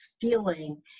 feeling